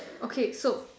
okay so